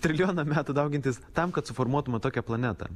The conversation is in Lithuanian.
trilijoną metų daugintis tam kad suformuotume tokią planetą